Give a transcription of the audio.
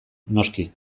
noski